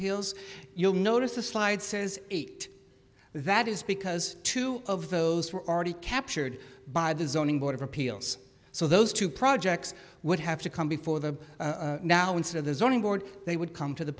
appeals you'll notice the slide says eight that is because two of those were already captured by the zoning board of appeals so those two projects would have to come before the now instead of the zoning board they would come to the